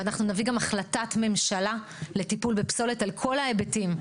ואנחנו נביא גם החלטת ממשלה לטיפול בפסולת על כל ההיבטים.